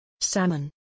Salmon